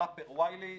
הראפר ווילי,